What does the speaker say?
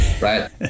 right